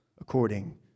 according